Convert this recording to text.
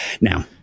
Now